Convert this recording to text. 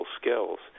skills